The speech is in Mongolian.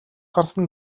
гарсан